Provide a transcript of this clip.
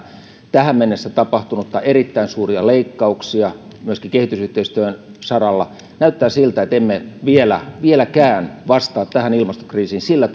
tähän mennessä tapahtunutta erittäin suuria leikkauksia myöskin kehitysyhteistyön saralla näyttää siltä että emme vieläkään vastaa tähän ilmastokriisiin sillä